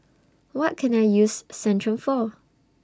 What Can I use Centrum For